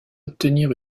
obtenir